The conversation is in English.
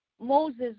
Moses